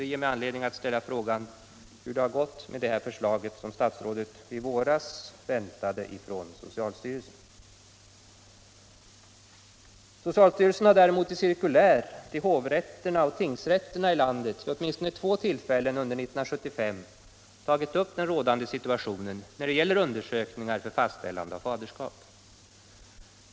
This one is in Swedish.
Det ger mig anledning ställa frågan: Hur har det gått med det förslag som statsrådet i våras väntade från socialstyrelsen? Socialstyrelsen har däremot i cirkulär till hovrätterna och tingsrätterna i landet vid åtminstone två tillfällen under 1975 tagit upp den rådande situationen när det gäller undersökningar för fastställande av faderskap.